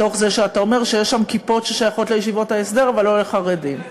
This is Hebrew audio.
מתוך זה שאתה אומר שיש שם כיפות ששייכות לישיבות ההסדר ולא לחרדים.